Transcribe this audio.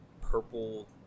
purple